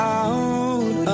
out